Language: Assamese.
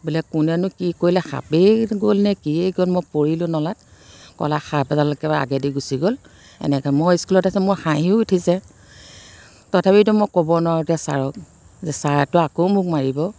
বোলে কোনেনো কি কৰিলে সাপেই গ'লনে কিয়ে গ'ল মই পৰিলো নলাত ক'লা সাপ এডাল একেবাৰে আগেদি গুচি গ'ল এনেকৈ মই ইস্কুলত আছোঁ মোৰ হাঁহিও উঠিছে তথাপিতো মই ক'ব নোৱাৰোঁ এতিয়া ছাৰক যে ছাৰেতো আকৌ মোক মাৰিব